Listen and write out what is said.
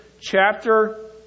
chapter